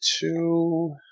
two